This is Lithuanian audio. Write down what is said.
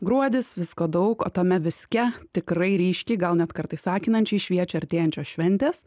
gruodis visko daug o tame viske tikrai ryškiai gal net kartais akinančiai šviečia artėjančios šventės